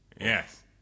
Yes